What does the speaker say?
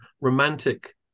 romantic